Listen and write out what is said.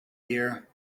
here